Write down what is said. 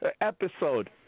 episode